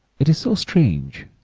it is so strange,